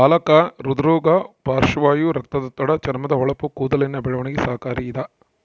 ಪಾಲಕ ಹೃದ್ರೋಗ ಪಾರ್ಶ್ವವಾಯು ರಕ್ತದೊತ್ತಡ ಚರ್ಮದ ಹೊಳಪು ಕೂದಲಿನ ಬೆಳವಣಿಗೆಗೆ ಸಹಕಾರಿ ಇದ